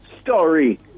story